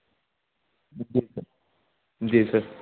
جی sir جی سر